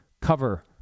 cover